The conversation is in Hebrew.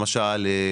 למשל,